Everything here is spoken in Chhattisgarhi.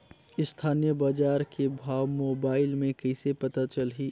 स्थानीय बजार के भाव मोबाइल मे कइसे पता चलही?